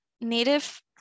Native